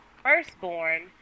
firstborn